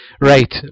Right